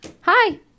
hi